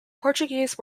portuguese